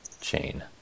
chain